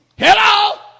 Hello